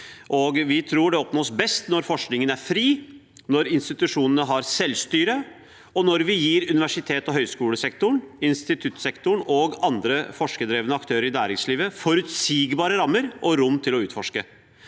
vi tror det oppnås best når forskningen er fri, når institusjonene har selvstyre, og når vi gir universitets- og høyskolesektoren, instituttsektoren og andre forskerdrevne aktører i næringslivet forutsigbare rammer og rom til å utforske.